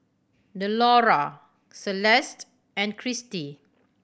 Delora Celeste and Cristi